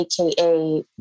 AKA